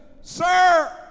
sir